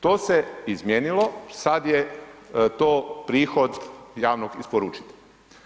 To se izmijenilo, sad je to prihod javnog isporučitelja.